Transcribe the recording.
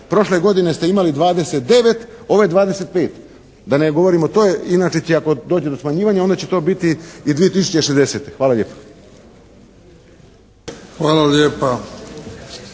Prošle godine ste imali 29, ove 25 da ne govorimo, to je inače. Ako dođe do smanjivanja onda će to biti i 2060. Hvala lijepa. **Bebić,